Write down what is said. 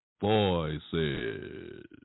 voices